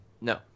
No